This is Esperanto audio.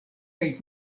kaj